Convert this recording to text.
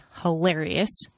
hilarious